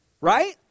right